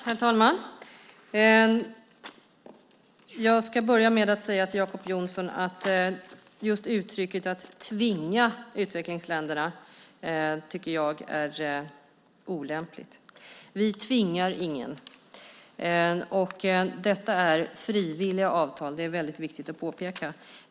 Herr talman! Jag ska börja med att säga till Jacob Johnson att jag tycker att uttrycket att tvinga utvecklingsländerna är olämpligt. Vi tvingar ingen. Detta är frivilliga avtal; det är viktigt att påpeka.